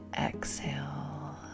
exhale